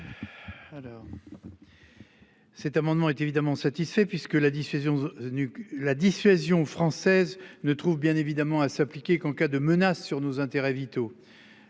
Alors. Cet amendement est évidemment satisfait puisque la dissuasion. La dissuasion française ne trouvent bien évidemment à s'appliquer qu'en cas de menace sur nos intérêts vitaux